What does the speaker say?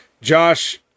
josh